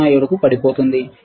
707 కు పడిపోతుంది